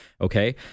okay